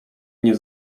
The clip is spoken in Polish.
nie